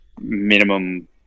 minimum